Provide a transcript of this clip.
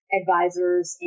advisors